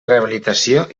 rehabilitació